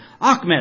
Ahmed